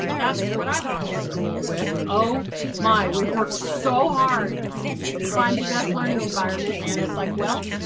that's what i went to school with, oh my, we've worked so hard to find the best learning environment and it's like well,